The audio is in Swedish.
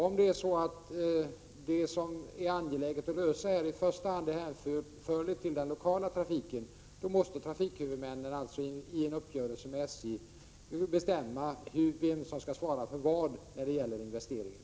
Om det är så att det som är angeläget att lösa här i första hand är hänförligt till den lokala trafiken, måste trafikhuvudmännen och SJ i en uppgörelse bestämma vem som skall svara för vad när det gäller investeringar.